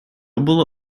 было